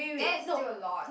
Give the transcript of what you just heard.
there is still a lot